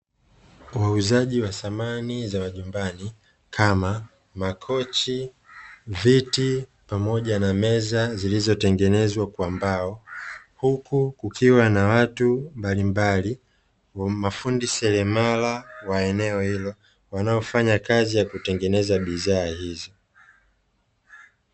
Wauzaji wa samani za majumbani kama makochi, viti pamoja na meza zilizotengenezwa kwa mbao, huku kukiwa na watu mbalimbali mafundi seremala wa eneo hilo wanaofanya kazi ya kutengeneza bidhaa hizi.